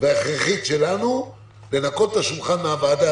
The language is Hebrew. וההכרחית שלנו לנקות שולחן בוועדה,